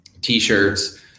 t-shirts